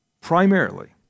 primarily